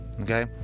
okay